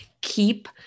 keep